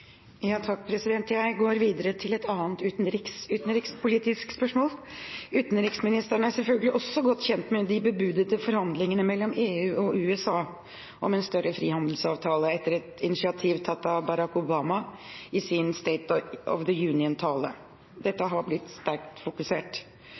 Jeg går videre til et annet utenrikspolitisk spørsmål. Utenriksministeren er selvfølgelig også godt kjent med de bebudede forhandlingene mellom EU og USA om en større frihandelsavtale, etter et initiativ tatt av Barack Obama i hans «State of the Union»-tale. Dette